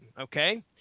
Okay